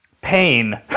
pain